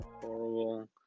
horrible